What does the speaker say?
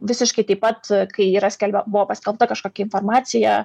visiškai taip pat kai yra skelbia buvo paskelbta kažkokia informacija